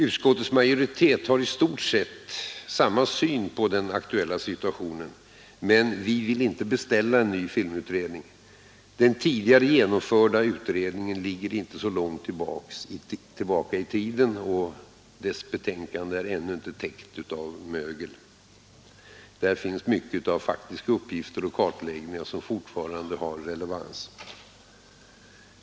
Utskottets majoritet har i stort sett samma syn på den aktuella situationen, men vi vill inte beställa en ny filmutredning. Den tidigare genomförda utredningen ligger inte så långt tillbaka i tiden. Dess betänkande är ännu inte täckt av mögel. Där finns mycket av faktiska uppgifter och kartläggningar som fortfarande har relevans.